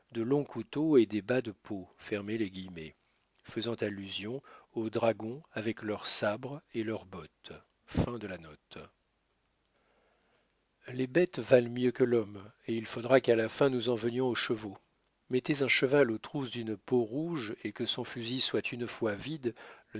de longs couteaux et des bas de peau faisant allusion aux dragons avec leurs sabres et leurs bottes les bêtes valent mieux que l'homme et il faudra qu'à la fin nous en venions aux chevaux mettez un cheval aux trousses d'une peaurouge et que son fusil soit une fois vide